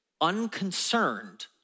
unconcerned